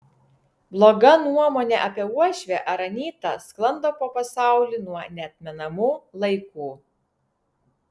bloga nuomonė apie uošvę ar anytą sklando po pasaulį nuo neatmenamų laikų